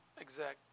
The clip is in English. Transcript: exact